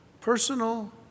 personal